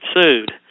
sued